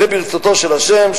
זה ברצותו של השם,